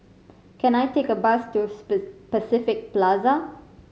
can I take a bus to Pacific Plaza